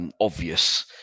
Obvious